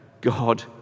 God